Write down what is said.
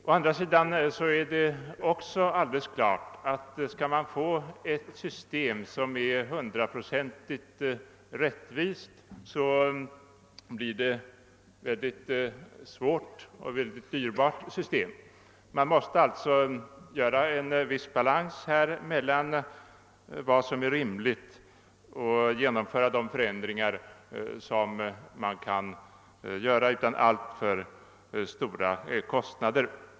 Skall man å andra sidan få ett system som är hundraprocentigt rättvist, blir det mycket krångligt och dyrbart. Man måste alltså skapa en viss balans mellan vad som är önskvärt att genomföra och vad som inte kräver alltför stora kostnader.